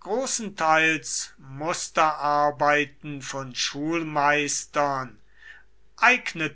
großenteils musterarbeiten von schulmeistern